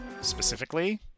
specifically